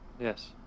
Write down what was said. Yes